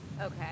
Okay